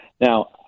Now